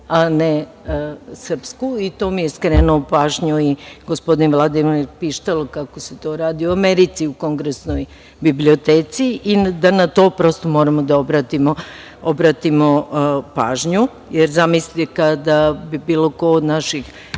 a ne srpsku i na to mi je skrenulo pažnju i gospodin Vladimir Pištalo kako se to radi u Americi, u kongresnoj biblioteci i da na to prosto moramo da obratimo pažnju, jer zamislite kada bi bilo ko od naših